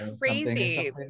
crazy